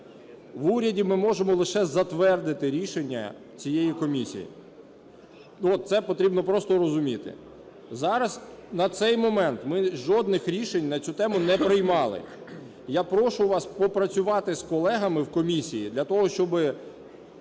В уряді ми можемо лише затвердити рішення цієї комісії. Це потрібно просто розуміти. Зараз, на цей момент, ми жодних рішень на цю тему не приймали. Я прошу вас попрацювати з колегами в комісії для того, щоби